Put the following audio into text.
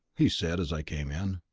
he said, as i came in.